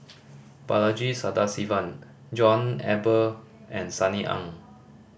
Balaji Sadasivan John Eber and Sunny Ang